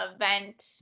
event